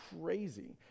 crazy